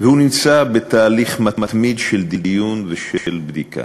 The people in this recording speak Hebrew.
והוא נמצא בתהליך מתמיד של דיון ושל בדיקה.